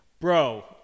Bro